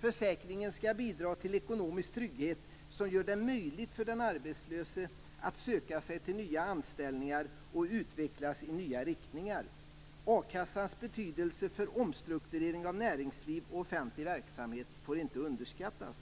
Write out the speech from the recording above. Försäkringen skall bidra till ekonomisk trygghet, som gör det möjligt för den arbetslöse att söka sig till nya anställningar och utvecklas i nya riktningar. A-kassans betydelse för omstrukturering av näringsliv och offentlig verksamhet får inte underskattas.